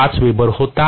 5 Weber होता